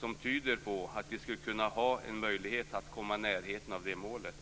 som tyder på att vi skulle kunna ha en möjlighet att komma i närheten av det målet.